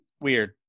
weird